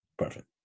perfect